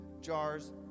jars